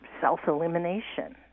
self-elimination